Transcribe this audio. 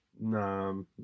No